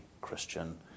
Christian